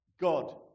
God